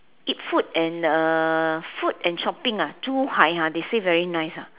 eat food and uh food and shopping ah Zhuhai ha they say very nice ah